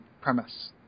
premise